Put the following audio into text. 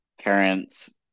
parents